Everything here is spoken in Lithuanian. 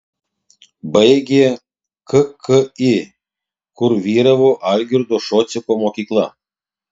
baigė kki kur vyravo algirdo šociko mokykla